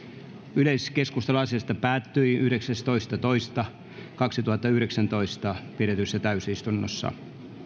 yleiskeskustelu asiasta päättyi yhdeksästoista toista kaksituhattayhdeksäntoista pidetyssä täysistunnossa